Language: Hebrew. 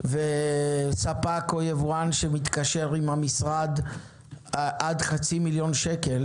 וספק או יבואן שמתקשר עם המשרד עד חצי מיליון שקל,